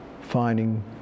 finding